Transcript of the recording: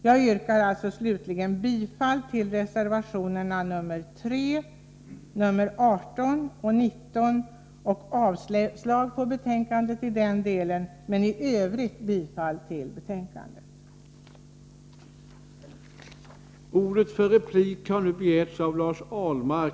Jag yrkar slutligen bifall till reservationerna 3 samt 18 och 19 och avslag på utskottets hemställan i dessa delar men i övrigt bifall till utskottets hemställan.